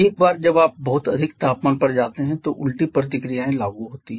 एक बार जब आप बहुत अधिक तापमान पर जाते हैं तो उल्टी प्रतिक्रियाएं लागू होती हैं